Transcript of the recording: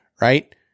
right